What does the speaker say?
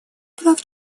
прав